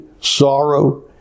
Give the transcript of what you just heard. sorrow